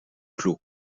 clos